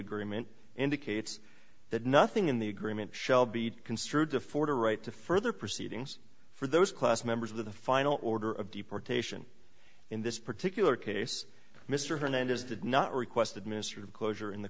agreement indicates that nothing in the agreement shall be construed to forder right to further proceedings for those class members of the final order of deportation in this particular case mr hernandez did not requested mr closure in the